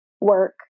work